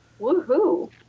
woohoo